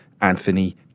Anthony